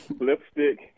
lipstick